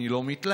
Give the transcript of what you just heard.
אני לא מתלהם,